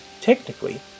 Technically